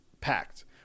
packed